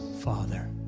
Father